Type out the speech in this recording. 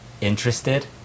interested